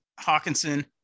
Hawkinson